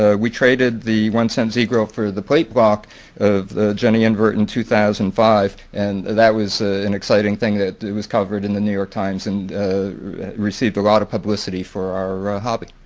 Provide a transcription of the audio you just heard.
ah we traded the one cent z-grill for the plate block of the jenny invert in two thousand and five. and that was an exciting thing that was covered in the new york times and received a lot of publicity for our hobby.